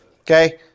Okay